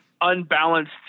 unbalanced